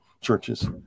churches